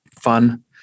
fun